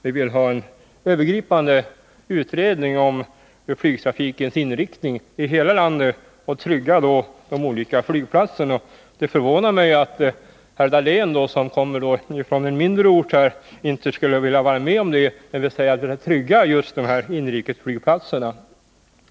Vi vill ha en övergripande utredning för hela landet om flygtrafikens inriktning och trygga de olika flygplatserna. Det förvånar mig att Bertil Dahlén, som kommer från en mindre ort, inte vill vara med om att trygga just dessa inrikesflygplatser.